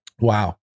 Wow